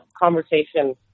conversation